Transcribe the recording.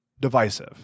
divisive